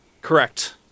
correct